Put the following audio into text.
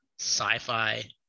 sci-fi